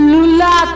Lula